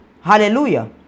Hallelujah